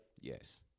Yes